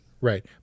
Right